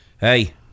hey